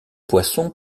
poisson